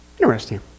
Interesting